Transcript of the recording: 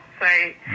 say